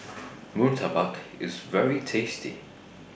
Murtabak IS very tasty